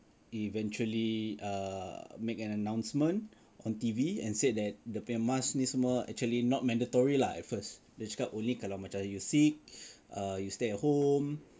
eventually err make an announcement on T_V and said that dia punya mask ini semua actually not mandatory lah at first then cakap only kalau macam you sick err you stay at home